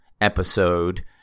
episode